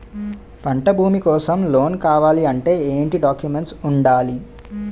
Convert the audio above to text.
పంట భూమి కోసం లోన్ కావాలి అంటే ఏంటి డాక్యుమెంట్స్ ఉండాలి?